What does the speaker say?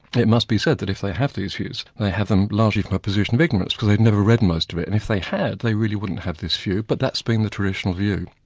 it must be said that if they have these views, they have them largely from a position of ignorance because they've never read most of it, and if they had, they really wouldn't have this view. but that's been the traditional view.